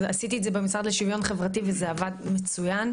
עשיתי את זה במשרד לשיוויון חברתי וזה עבד מצוין.